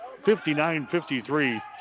59-53